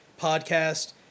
podcast